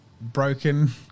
broken